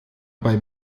bei